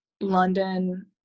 london